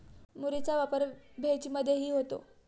मुरीचा वापर भेज मधेही होतो